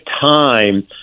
time